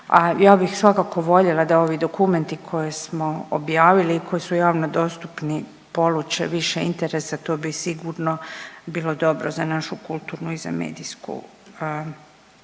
ja bih svakako voljela da ovi dokumenti koje smo objavili i koji su javno dostupni poluče više interesa, to bi sigurno bilo dobro za našu kulturnu i za medijsku javnost.